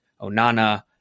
Onana